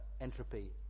entropy